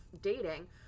dating